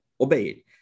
obey